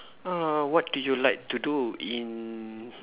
uh what do you like to do in